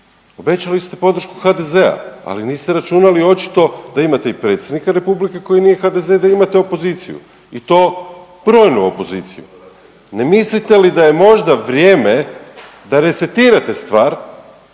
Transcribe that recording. Obećali ste podršku HDZ-a, ali niste računali očito da imate i predsjednika republike koji nije HDZ, da imate opoziciju i to brojnu opoziciju. Ne mislite li da je možda vrijeme da resetirate stvar,